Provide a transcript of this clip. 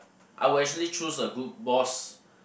I will actually choose a good boss